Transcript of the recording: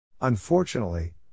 Unfortunately